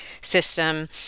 system